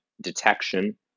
detection